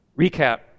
Recap